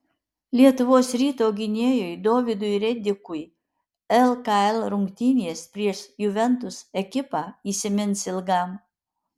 lietuvos ryto gynėjui dovydui redikui lkl rungtynės prieš juventus ekipą įsimins ilgam